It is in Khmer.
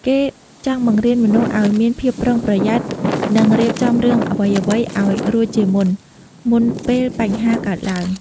គេចង់បង្រៀនមនុស្សឲ្យមានភាពប្រុងប្រយ័ត្ន និងរៀបចំរឿងអ្វីៗឲ្យរួចជាមុន មុនពេលបញ្ហាកើតឡើង។